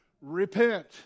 repent